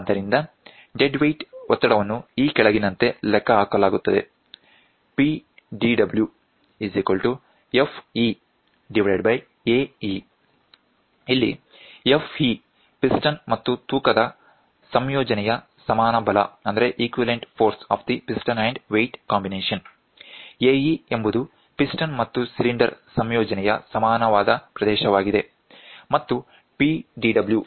ಆದ್ದರಿಂದ dead weight ಒತ್ತಡವನ್ನು ಈ ಕೆಳಗಿನಂತೆ ಲೆಕ್ಕಹಾಕಲಾಗುತ್ತದೆ ಅಲ್ಲಿ Fe ಪಿಸ್ಟನ್ ಮತ್ತು ತೂಕದ ಸಂಯೋಜನೆಯ ಸಮಾನ ಬಲ Ae ಎಂಬುದು ಪಿಸ್ಟನ್ ಮತ್ತು ಸಿಲಿಂಡರ್ ಸಂಯೋಜನೆಯಸಮಾನವಾದ ಪ್ರದೇಶವಾಗಿದೆ ಮತ್ತು Pdw ಡೆಡ್ ವೇಟ್ ಒತ್ತಡ